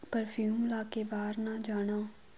perfume ਲਾ ਕੇ ਬਾਹਰ ਨਾ ਜਾਣਾ